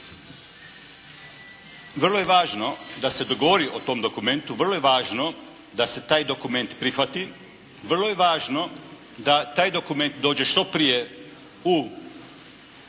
Vrlo je važno da se dogovori o tom dokumentu, vrlo je važno da se taj dokument prihvati, vrlo je važno da taj dokument dođe što prije na